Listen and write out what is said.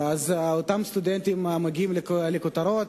הסטודנטים מגיעים לכותרות.